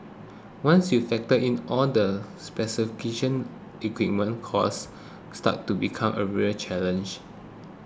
once you factor in all the specific kitchen equipment cost starts to become a real challenge